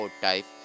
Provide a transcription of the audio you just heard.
type